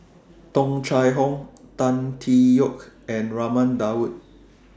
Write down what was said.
Tung Chye Hong Tan Tee Yoke and Raman Daud